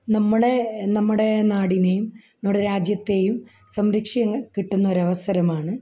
നമ്മുടെ നമ്മുടെ നാടിനേയും നമ്മുടെ രാജ്യത്തെയും സംരക്ഷിക്കാൻ കിട്ടുന്ന ഒരു അവസരമാണ്